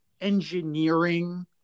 engineering